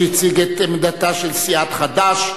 שהציג את עמדתה של סיעת חד"ש.